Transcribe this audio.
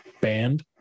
band